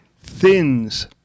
thins